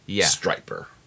Striper